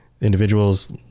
individuals